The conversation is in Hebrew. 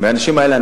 האנשים האלה.